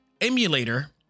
emulator